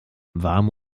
warme